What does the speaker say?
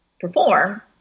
perform